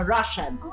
Russian